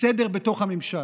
סדר בתוך הממשל.